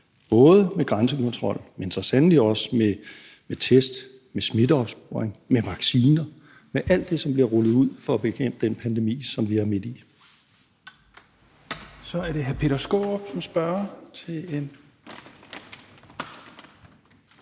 både med grænsekontrol, men så sandelig også med test, smitteopsporing, vacciner – med alt det, der bliver rullet ud for at bekæmpe den pandemi, som vi er midt i. Kl. 15:28 Tredje næstformand (Rasmus Helveg